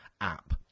app